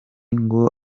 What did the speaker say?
ngo